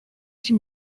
sie